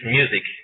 music